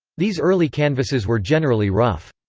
these early canvases were generally rough.